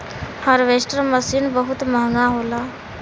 harvester machine बहुत महंगा होला